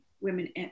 women